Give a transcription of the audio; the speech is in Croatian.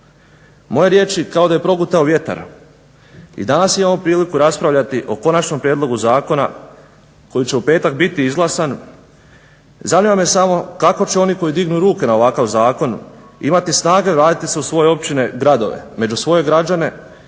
Moje riječi kao da je progutao vjetar. I danas imamo priliku raspravljati o konačnom prijedlogu zakona koji će u petak biti izglasan. Zanima me samo kako će oni koji dignu ruke na ovakav zakon imati snage vratiti se u svoje općine, gradove među svoje građane